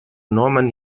norman